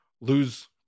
lose